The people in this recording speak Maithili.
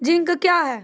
जिंक क्या हैं?